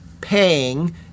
paying